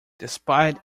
despite